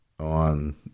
on